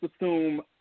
assume